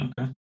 okay